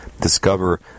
discover